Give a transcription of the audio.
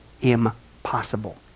impossible